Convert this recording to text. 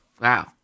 Wow